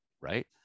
Right